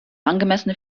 angemessene